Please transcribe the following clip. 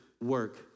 work